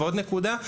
ועוד נקודה,